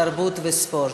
התרבות והספורט.